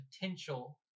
potential